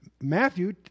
Matthew